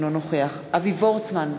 אינו נוכח אבי וורצמן,